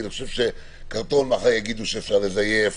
כי קרטון מחר יגידו שאפשר לזייף,